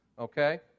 Okay